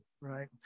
Right